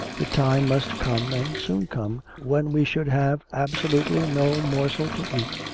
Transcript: the time must come, and soon come, when we should have absolutely no morsel to eat,